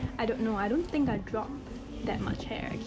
i don't know. i don't think i drop that much hair, actually.